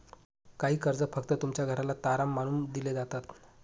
काही कर्ज फक्त तुमच्या घराला तारण मानून दिले जातात